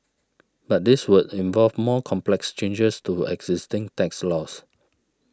but this would involve more complex changes to existing tax laws